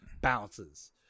Bounces